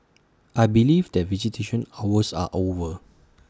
I believe that visitation hours are over